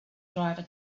driver